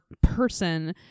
person